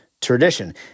tradition